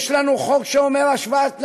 יש לנו חוק שאומר השוואת תנאים,